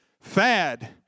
Fad